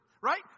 right